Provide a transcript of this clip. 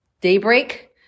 daybreak